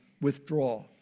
withdraw